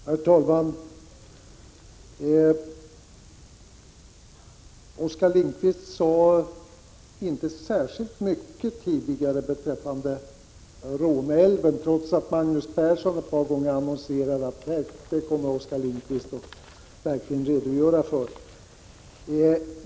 Herr talman! Oskar Lindkvist sade inte särskilt mycket tidigare beträffande Råneälven, trots att Magnus Persson ett par gånger annonserade att Oskar Lindkvist verkligen skulle redogöra för den frågan.